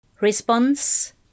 Response